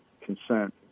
consent